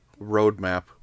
roadmap